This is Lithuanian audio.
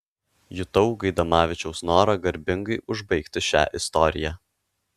jutau gaidamavičiaus norą garbingai užbaigti šią istoriją